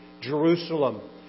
Jerusalem